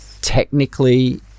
technically